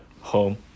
home